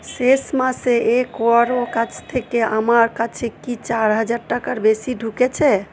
শেষ মাসে এ করোও কাছ থেকে আমার কাছে কি চার হাজার টাকার বেশি ঢুকেছে